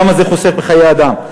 כמה זה חוסך בחיי אדם.